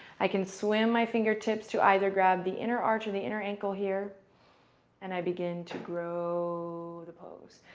i can swim my fingertips to either grab the inner arch or the inner ankle here and i begin to grow the pose.